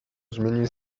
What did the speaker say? zmienił